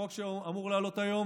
חוק שאמור לעלות היום,